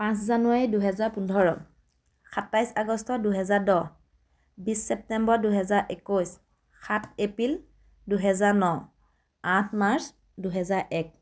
পাঁচ জানুৱাৰী দুহেজাৰ পোন্ধৰ সাতাইশ আগষ্ট দুহেজাৰ দহ বিছ ছেপ্টেম্বৰ দুহেজাৰ একৈছ সাত এপ্ৰিল দুহেজাৰ ন আঠ মাৰ্চ দুহেজাৰ এক